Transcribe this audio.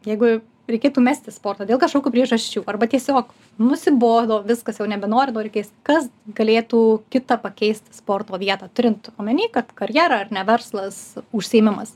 jeigu reikėtų mesti sportą dėl kažkokių priežasčių arba tiesiog nusibodo viskas jau nebenoriu noriu keis kas galėtų kita pakeisti sporto vietą turint omeny kad karjera ar ne verslas užsiėmimas